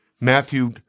Matthew